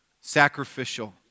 sacrificial